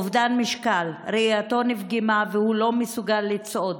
אובדן משקל, ראייתו נפגמה והוא לא מסוגל לצעוד,